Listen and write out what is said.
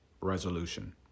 resolution